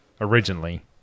originally